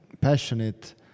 passionate